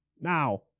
Now